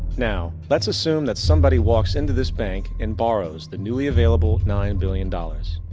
now let's assume that somebody walks into this bank and borrows the newly available nine billion dollars.